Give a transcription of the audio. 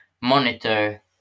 monitor